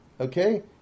okay